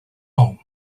home